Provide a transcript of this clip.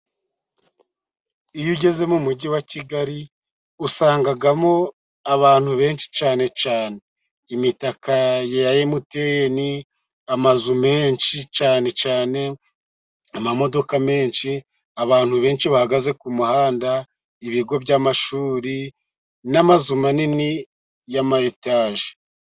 Iyo ugeze mu mujyi wa kigali, usangamo abantu benshi cyane cyane. Imitaka ya emutiyeni amazu menshi cyane cyane, amamodoka menshi, abantu benshi bahagaze ku muhanda, ibigo by'amashuri n'amazu manini y'ama etage.